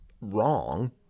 wrong